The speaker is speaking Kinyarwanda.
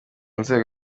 nzego